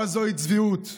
אבל זוהי צביעות.